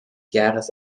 jahres